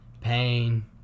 pain